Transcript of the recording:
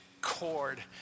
cord